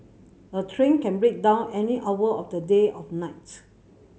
a train can break down any hour of the day of nights